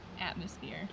atmosphere